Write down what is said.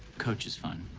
coach is fine.